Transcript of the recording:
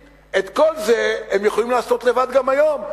תבוא ותגיד לי: את כל זה הם יכולים לעשות בעצמם גם היום.